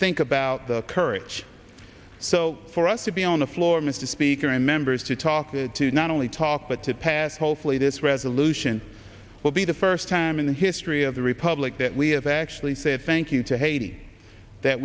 think about the courage so for us to be on the floor mr speaker and members to talk to not only talk but to pass hopefully this resolution will be the first time in the history of the republic that we have actually said thank you to haiti that